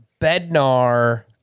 Bednar